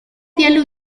dio